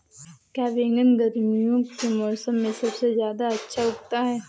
क्या बैगन गर्मियों के मौसम में सबसे अच्छा उगता है?